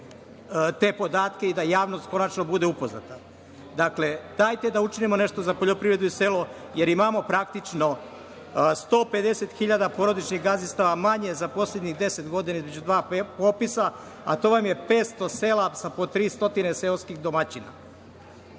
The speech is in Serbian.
te podatke i da javnost konačno bude upoznata. Dakle, dajte da učinimo nešto za poljoprivredu i selo, jer imamo praktično 150 hiljada porodičnih gazdinstava manje za poslednjih 10 godina između dva popisa, a to vam je 500 sela sa po tri stotine seoskih domaćina.